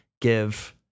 give